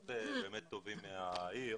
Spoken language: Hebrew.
זיכרונות טובים מהעיר